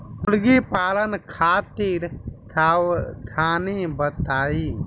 मुर्गी पालन खातिर सावधानी बताई?